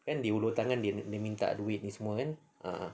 then dia hulur tangan dia minta duit ni semua kan ah